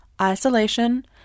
isolation